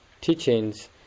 teachings